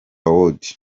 awards